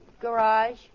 garage